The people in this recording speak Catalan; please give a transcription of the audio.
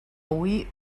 hui